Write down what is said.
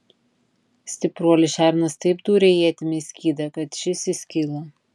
stipruolis šernas taip dūrė ietimi į skydą kad šis įskilo